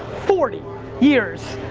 forty years,